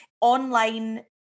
online